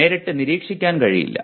നേരിട്ട് നിരീക്ഷിക്കാൻ കഴിയില്ല